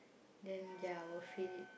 then ya I will feel it